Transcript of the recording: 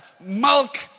milk